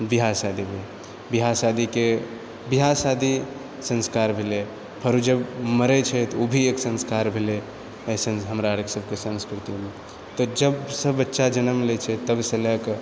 ब्याह शादी भी ब्याह शादीके ब्याह शादी संस्कार भेलै फेर ओ जब मरैत छै तऽ ओ भी एक भेलै अइसन हमरा अर सभके संस्कृतिमे फेर जब सभबच्चा जन्म लैत छै तबसँ लए कऽ